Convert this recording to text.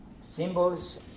Symbols